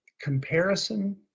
Comparison